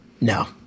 No